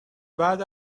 بعد